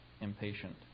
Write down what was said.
impatient